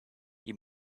you